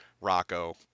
rocco